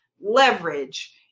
leverage